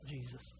Jesus